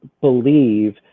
believe